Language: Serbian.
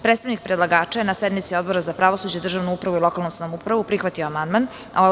Predstavnik predlagača je na sednici Odbora za pravosuđe, državnu upravu i lokalnu samoupravu prihvatio amandman.